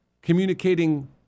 Communicating